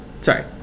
Sorry